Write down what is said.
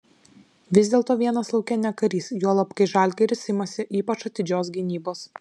vis dėlto vienas lauke ne karys juolab kai žalgiris imasi ypač atidžios gynybos